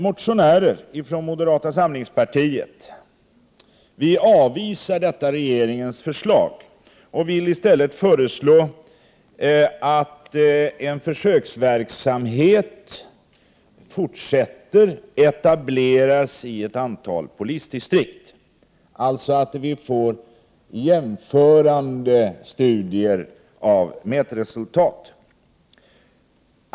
Motionärerna från moderata samlingspartiet avvisar regeringens förslag och vill i stället föreslå att en försöksverksamhet får fortsättas och etableras i ett antal polisdistrikt. Vi vill alltså att det genomförs jämförande studier av mätresultat.